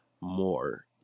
more